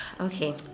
Okay